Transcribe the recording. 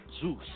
juice